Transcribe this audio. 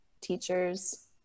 teachers